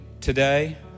Today